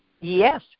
Yes